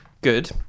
Good